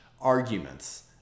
arguments